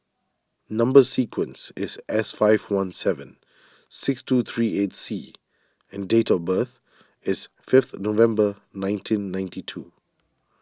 Number Sequence is S five one seven six two three eight C and date of birth is fifth November nineteen ninety two